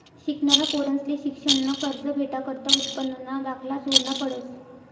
शिकनारा पोरंसले शिक्शननं कर्ज भेटाकरता उत्पन्नना दाखला जोडना पडस